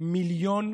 1.5 מיליון